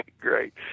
great